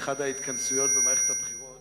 באחת ההתכנסויות במערכת הבחירות